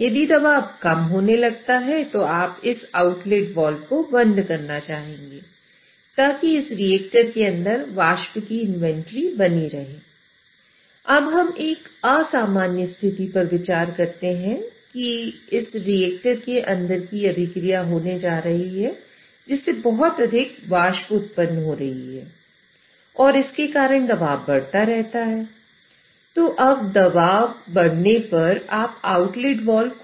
यदि दबाव कम होने लगता है तो आप इस आउटलेट वाल्व